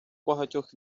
багатьох